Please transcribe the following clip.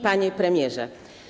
Panie Premierze!